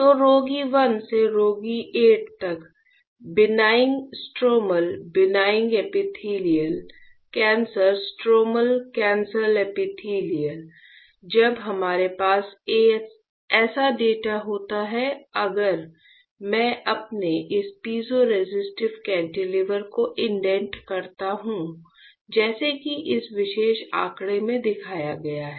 तो रोगी 1 से रोगी 8 तक बिनाइन स्ट्रोमल बिनाइन एपिथेलियल जब हमारे पास ऐसा डेटा होता है और अगर मैं अपने इस पीज़ोरेसिस्टिव कैंटिलीवर को इंडेंट करता हूं जैसा कि इस विशेष आंकड़े में दिखाया गया है